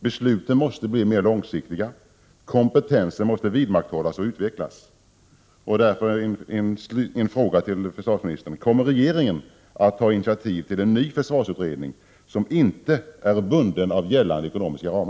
Besluten måste bli mer långsiktiga. Kompetensen måste vidmakthållas och utvecklas.